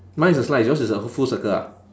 mine is a slice yours is a full circle ah